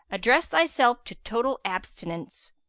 address thyself to total abstinence.